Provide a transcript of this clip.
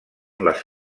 les